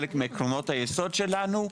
חלק מעקרונות היסוד שלנו,